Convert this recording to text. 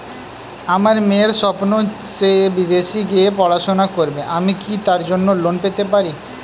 আমার মেয়ের স্বপ্ন সে বিদেশে গিয়ে পড়াশোনা করবে আমি কি তার জন্য লোন পেতে পারি?